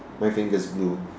my finger's blue